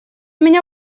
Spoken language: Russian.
меня